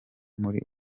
muri